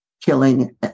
killing